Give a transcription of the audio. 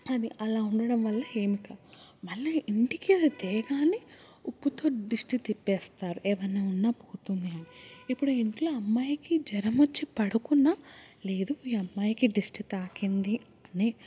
అది అలా ఉండడం వల్ల ఏం కాదు మళ్ళీ ఇంటికి తెగానే ఉప్పుతో దిష్టి తిప్పేస్తారు ఎమన్నా ఉన్న పోతుంది అని ఇప్పుడు ఇంట్లో అమ్మాయికి జరం వచ్చి పడుకున్నా లేదు ఈ అమ్మాయికి దిష్టి తాకింది అని ఒక